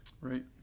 Right